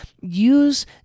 use